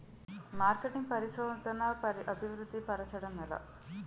marketing పరిశోధనదా అభివృద్ధి పరచడం ఎలా